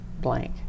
blank